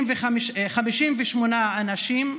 58 אנשים,